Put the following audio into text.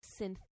synth